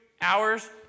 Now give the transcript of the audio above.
hours